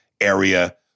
area